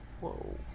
Whoa